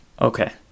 Okay